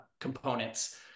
components